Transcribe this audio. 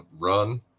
run